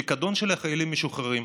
פיקדון של החיילים המשוחררים.